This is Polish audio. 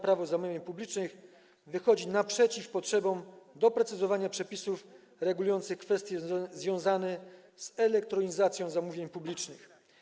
Prawo zamówień publicznych wychodzi naprzeciw potrzebie doprecyzowania przepisów regulujących kwestie związane z elektronizacją zamówień publicznych.